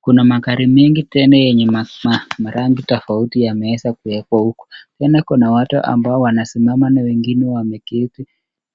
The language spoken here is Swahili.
Kuna magari mingi tena yenye marangi tofauti yameweza kuwekwa huku tena kuna watu ambao wanasimama na wengine wameketi